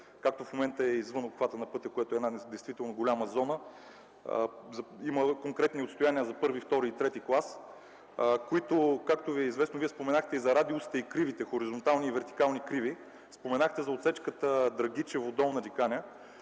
както в момента е извън обхвата на пътя, което е една действително голяма зона. Има конкретни отстояния за първи, втори и трети клас, както Ви е известно. Вие споменахте за радиусите и кривите – хоризонтални и вертикални криви, споменахте за отсечката Драгичево - Долна Диканя.